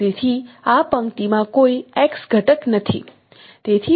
તેથી આ પંક્તિમાં કોઈ x ઘટક નથી